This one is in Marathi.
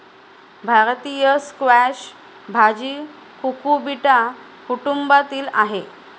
भारतीय स्क्वॅश भाजी कुकुबिटा कुटुंबातील आहे